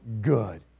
good